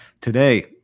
Today